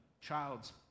child's